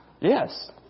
Yes